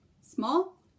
Small